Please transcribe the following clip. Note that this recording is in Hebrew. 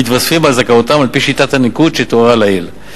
המתווספים על זכאותם על-פי שיטת הניקוד שתוארה לעיל.